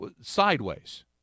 Sideways